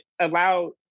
allow